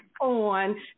on